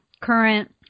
current